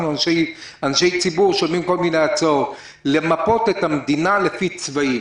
אנחנו אנשי ציבור ששומעים כל מיני הצעות למפות את המדינה לפי צבעים.